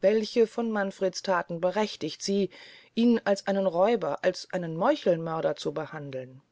welche von manfreds thaten berechtigt sie ihn als einen räuber als einen meuchelmörder zu behandeln